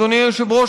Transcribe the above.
אדוני היושב-ראש,